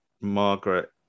Margaret